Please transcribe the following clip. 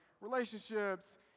relationships